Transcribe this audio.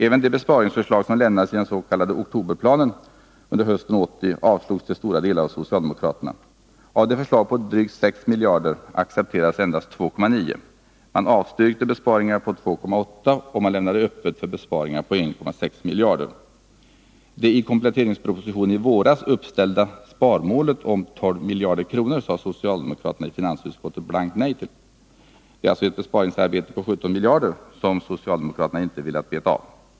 Även det besparingsförslag som lämnades i den s.k. oktoberplanen under hösten 1980 avstyrktes till stora delar av socialdemokraterna. Av förslagen på drygt 6 miljarder accepterades endast 2,9 av socialdemokraterna. De avstyrkte besparingar på 2,8 miljarder och lämnade öppet för besparingar på 1,6 miljarder. miljarder kronor sade socialdemokraterna i finansutskottet blankt nej till. Det är ett besparingsarbete på 17 miljarder som socialdemokraterna inte velat veta av.